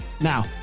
Now